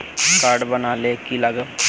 Card बना ले की लगाव?